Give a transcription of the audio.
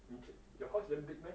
你 keep your house is damn big meh